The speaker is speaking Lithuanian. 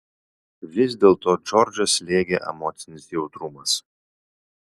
vis dėlto džordžą slėgė emocinis jautrumas